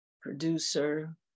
producer